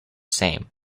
same